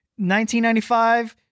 1995